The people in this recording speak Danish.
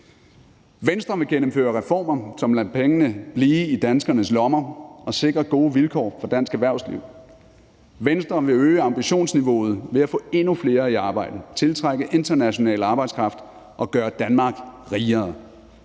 Venstre vil gennemføre reformer, som lader pengene blive i danskernes lommer, og sikre gode vilkår for dansk erhvervsliv. Venstre vil øge ambitionsniveauet ved at få endnu flere i arbejde, tiltrække international arbejdskraft og gøre Danmark rigere.